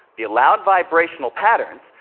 the allowed vibrational patterns.